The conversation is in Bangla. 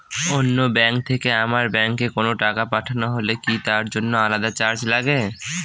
অন্য ব্যাংক থেকে আমার ব্যাংকে কোনো টাকা পাঠানো হলে কি তার জন্য আলাদা চার্জ লাগে?